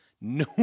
No